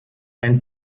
ein